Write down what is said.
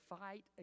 fight